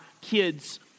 kids